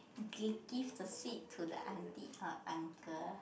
gi~ give the seat to the aunty or uncle